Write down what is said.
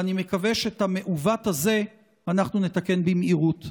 ואני מקווה שאת המעוות הזה אנחנו נתקן במהירות.